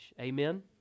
Amen